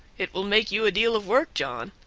it will make you a deal of work, john.